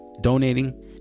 donating